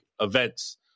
events